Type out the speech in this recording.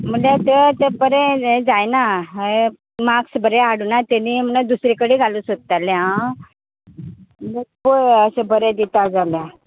म्हळ्यार तें बरें जायना म्हळ्यार मार्क्स बरे हाडूना तेनी म्हणून दुसरे कडेन घालूंक सोदतालें हांव पळोवया अशें बरें दिता जाल्यार